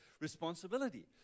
responsibility